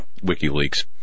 WikiLeaks